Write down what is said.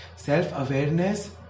Self-awareness